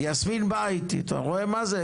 יסמין באה איתי אתה רואה מה זה?